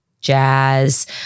jazz